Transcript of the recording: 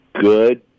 good